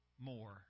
more